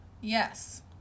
Yes